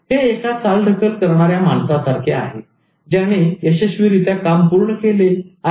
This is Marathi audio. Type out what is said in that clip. हे एका चालढकल करणाऱ्या माणसासारखे आहे ज्याने यशस्वीरित्या काम पूर्ण केले आहे